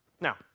Now